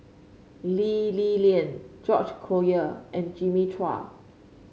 Lee Li Lian George Collyer and Jimmy Chua